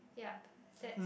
yup that's